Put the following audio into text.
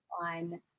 on